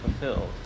fulfilled